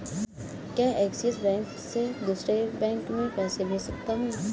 क्या Axis bank से दूसरे बैंक में पैसे भेजे जा सकता हैं?